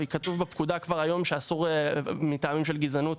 וכתוב בפקודה כבר היום שאסור מטעמים של גזענות,